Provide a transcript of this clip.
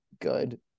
good